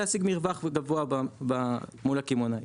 כן, כדי להשיג מרווח גבוה אל מול הקמעונאים.